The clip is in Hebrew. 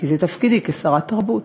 כי זה תפקידי כשרת התרבות.